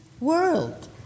world